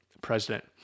president